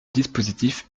dispositif